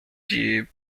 die